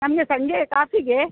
ನಮಗೆ ಸಂಜೆ ಕಾಫಿಗೆ